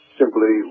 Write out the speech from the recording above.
simply